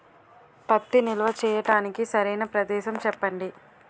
పత్తి నిల్వ చేయటానికి సరైన ప్రదేశం చెప్పండి?